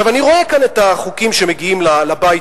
אני רואה כאן את החוקים שמגיעים לבית